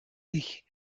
ich